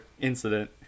incident